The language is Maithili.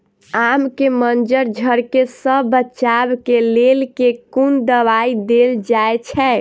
आम केँ मंजर झरके सऽ बचाब केँ लेल केँ कुन दवाई देल जाएँ छैय?